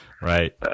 Right